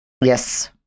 yes